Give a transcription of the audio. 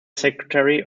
secretary